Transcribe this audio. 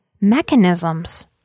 mechanisms